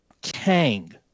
Kang